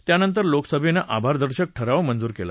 त्यानंतर लोकसभेनं आभारदर्शक ठराव मंजूर केला